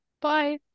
Bye